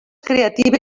creative